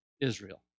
Israel